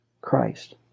Christ